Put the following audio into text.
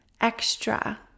extra